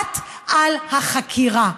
ובפרט על החקירה.